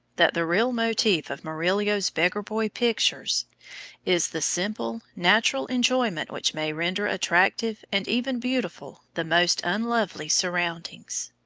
that the real motif of murillo's beggar-boy pictures is the simple, natural enjoyment which may render attractive, and even beautiful, the most unlovely surroundings.